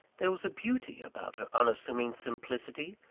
there was a beauty about her unassuming simplicity,